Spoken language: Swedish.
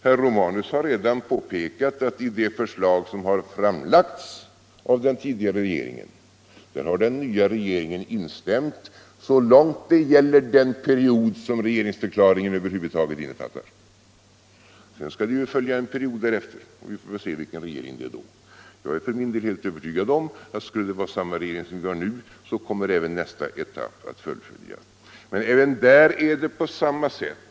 Herr Romanus har redan påpekat att i de förslag som framlagts av den tidigare regeringen har den nya regeringen instämt så långt det gäller den period som regeringsförklaringen över huvud taget innefattar. Sedan skall det följa en period därefter och vi får väl se vilken regering vi har då. Jag är för min del helt övertygad om att skulle det vara samma regering som vi har nu så kommer även nästa etapp att fullföljas. Men även här är det på samma sätt.